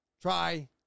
Try